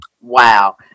Wow